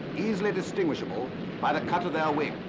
easily distinguishable by the cut of their wings.